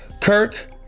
Kirk